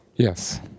Yes